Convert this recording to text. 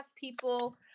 people